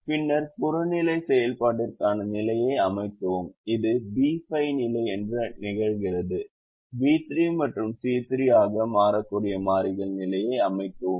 பின்னர் புறநிலை செயல்பாட்டிற்கான நிலையை அமைக்கவும் இது B5 நிலை என்று நிகழ்கிறது B3 மற்றும் C3 ஆக மாறக்கூடிய மாறிகள் நிலையை அமைக்கவும்